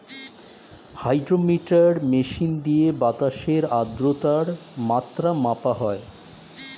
hydrometer machine দিয়ে বাতাসের আদ্রতার মাত্রা মাপা হয়